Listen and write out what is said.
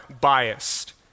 biased